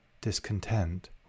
Discontent